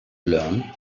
learn